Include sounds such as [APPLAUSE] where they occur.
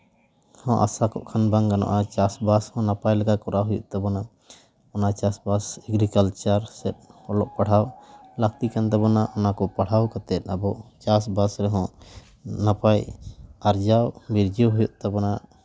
[UNINTELLIGIBLE] ᱟᱥᱟ ᱠᱚᱜ ᱠᱷᱟᱱ ᱵᱟᱝ ᱜᱟᱱᱚᱜᱼᱟ ᱪᱟᱥᱵᱟᱥ ᱦᱚᱸ ᱱᱟᱯᱟᱭ ᱞᱮᱠᱟ ᱠᱚᱨᱟᱣ ᱦᱩᱭᱩᱜ ᱛᱟᱵᱚᱱᱟ ᱚᱱᱟ ᱪᱟᱥᱼᱵᱟᱥ ᱮᱜᱽᱨᱤᱠᱟᱞᱪᱟᱨ ᱥᱮᱫ ᱚᱞᱚᱜ ᱯᱟᱲᱦᱟᱣ ᱞᱟᱹᱠᱛᱤ ᱠᱟᱱ ᱛᱟᱵᱚᱱᱟ ᱚᱱᱟ ᱠᱚ ᱯᱟᱲᱦᱟᱣ ᱠᱟᱛᱮᱜ ᱟᱵᱚ ᱪᱟᱥᱼᱵᱟᱥ ᱨᱮᱦᱚᱸ ᱱᱟᱯᱟᱭ ᱟᱨᱡᱟᱣ ᱵᱤᱨᱡᱟᱹᱣ ᱦᱩᱭᱩᱜ ᱛᱟᱵᱚᱱᱟ